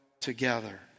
together